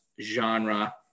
genre